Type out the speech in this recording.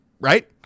right